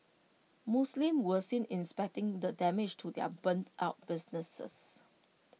Muslims were seen inspecting the damage to their burnt out businesses